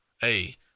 Hey